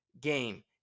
game